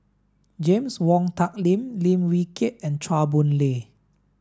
James Wong Tuck Yim Lim Wee Kiak and Chua Boon Lay